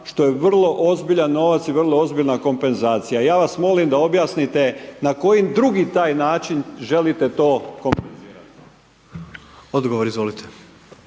što je vrlo ozbiljan novac i vrlo ozbiljna kompenzacija. Ja vas molim da objasnite na koji drugi taj način želite to kompenzirati. **Jandroković,